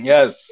Yes